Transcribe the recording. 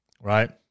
right